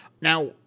Now